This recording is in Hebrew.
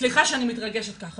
סליחה שאני מתרגשת ככה.